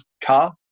car